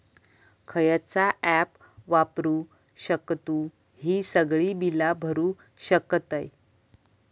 खयचा ऍप वापरू शकतू ही सगळी बीला भरु शकतय?